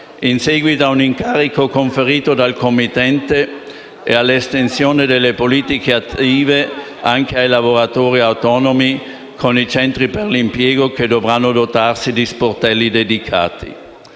in seguito a un incarico conferito dal committente e l’estensione delle politiche attive anche ai lavoratori autonomi con i centri per l’impiego che dovranno dotarsi di sportelli dedicati.